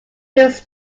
was